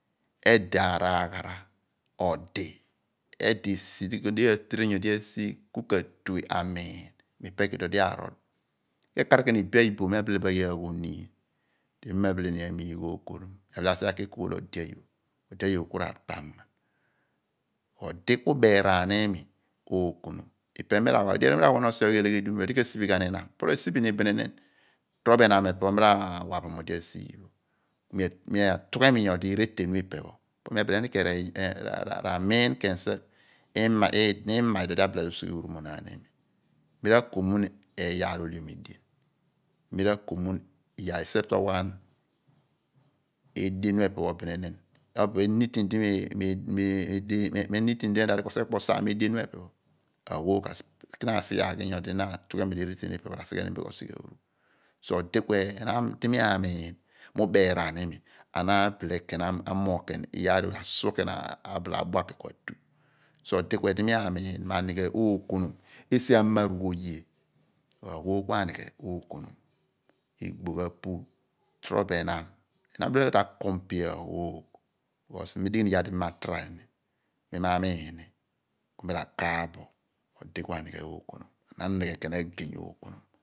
Edo araaghara odi, edo esi do oye a´train nyodi asi ku katue amoin mo ipe ku idi odi arol ke /kar ken ebia iboom mi aghi agho aniin di mi ma bile ni amigh ookonom mi abile asighe aki ekool ode ayoor, ode ayoor kura pam ghan. Odi ku ubeeraan imi ookonom ipe mi ra wa bo, edighi di mi ra wa osighe edum di udi ka siphi ghan ihnam po rasiphi ni bininin rororbo ehnam mo epe mi ra wa bo mo odi asiph pho mi aafughem nyodi reten pho ipe pho po mi abile ni ken ramun ken seze ima di odi abile ko sighe ooruomnaan limi mi ra|ko mun iyaar ohleom edien mi ra|ko mun, except awaghan edien pho epe pho bininin, kobo anything di mi ra anything di erol muolaadi kosighe ku osaam edien pho epe pho. Aghoogh kasighe, na arighe nydi ku atughhemi reten pho ipe pho, ra sighe ni bin k´osighe ooru. So odi ku ehnam di mi amiin mo ubeeraan limi and abile ken amoogh iyaar di asuo ka bile abua ken ku atu so odi ku edi mi amuri mo banighe ookonom esi amarugh oye aghoogh ku anighe ookonom igbogh apu torobo ihnam di na ta atu a compare ghoogh because me tighi ni iyaar di ma try ni mi ma amin ni ku mi rakaaph bo mo odi ku anighe ookonom mo anighe agey ookonom